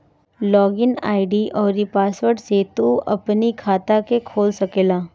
log in ID अउरी password से तू अपनी खाता के खोल सकेला